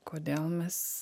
kodėl mes